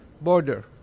border